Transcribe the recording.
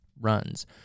runs